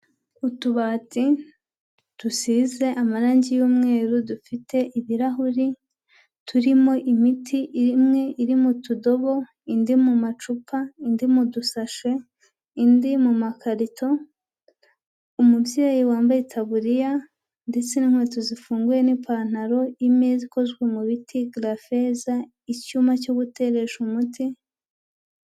Utubati dusize amarangi y’umweru, dufite ibirahuri, turimo imiti, imwe irimo mu tudobo, indi mu macupa, indi mu dusashe, indi mu makarito. Umubyeyi wambaye itaburiya, ndetse n’inkweto zifunguye, n’ipantaro, imeza ikozwe mu biti, grafeza, icyuma cyo guteresha umuti.